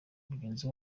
mugenzi